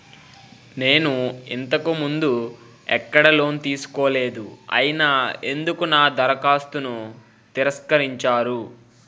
నేను ఇంతకు ముందు ఎక్కడ లోన్ తీసుకోలేదు అయినా ఎందుకు నా దరఖాస్తును తిరస్కరించారు?